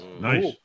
Nice